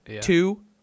Two